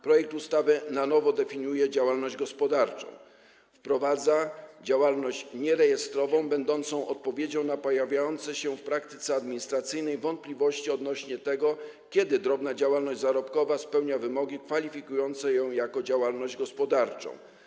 Projekt ustawy na nowo definiuje działalność gospodarczą, wprowadza działalność nierejestrową, będącą odpowiedzią na pojawiające się w praktyce administracyjnej wątpliwości odnośnie do tego, kiedy drobna działalność zarobkowa spełnia wymogi kwalifikujące ją jako działalność gospodarczą.